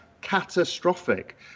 catastrophic